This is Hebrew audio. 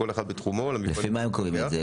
כל אחד בתחומו --- לפי מה הם קובעים את זה?